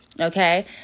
okay